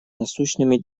насущными